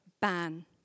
Ban